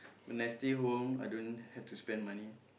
when I stay home I don't have to spend money